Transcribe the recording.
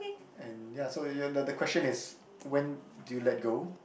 and ya so you are the the the question is when do you let go